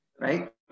right